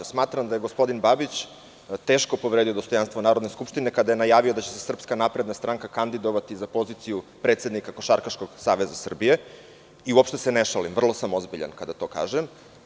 Smatram da je gospodin Babić teško povredio dostojanstvo Narodne skupštine kada je najavio da će se SNS kandidovati za poziciju predsednika Košarkaškog saveza Srbije i uopšte se ne šalim, vrlo sam ozbiljan kada to kažem.